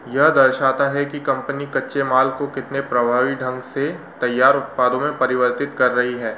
यह दर्शाता है कि कंपनी कच्चे माल को कितने प्रभावी ढंग से तैयार उत्पादों में परिवर्तित कर रही है